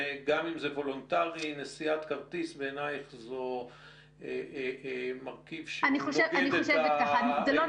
גם אם זה וולונטרי בעינייך זה מרכיב שנוגד עקרונות?